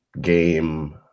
game